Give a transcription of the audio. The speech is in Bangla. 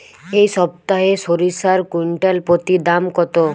এই সপ্তাহে সরিষার কুইন্টাল প্রতি দাম কত?